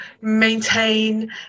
maintain